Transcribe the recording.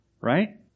right